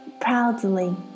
proudly